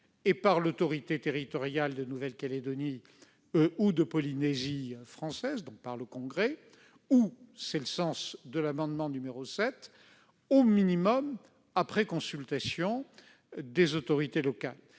et par l'autorité territoriale de Nouvelle-Calédonie ou de Polynésie française, donc par le Congrès- c'est le sens de l'amendement n° 6 -, soit,, après consultation des autorités locales-